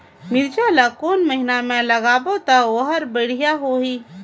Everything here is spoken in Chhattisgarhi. मिरचा ला कोन महीना मा लगाबो ता ओहार बेडिया होही?